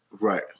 Right